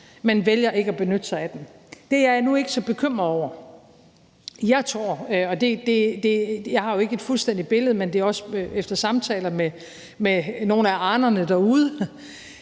men vælger ikke at benytte sig af den. Det er jeg nu ikke så bekymret over. Jeg har jo ikke et fuldstændigt billede, men efter samtaler med nogle af Arnerne derude